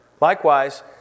Likewise